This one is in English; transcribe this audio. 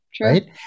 Right